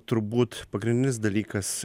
turbūt pagrindinis dalykas